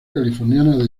californiana